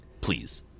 Please